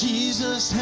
Jesus